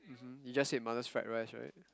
you just said mother's fried rice right